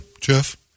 Jeff